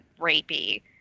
rapey